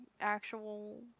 actual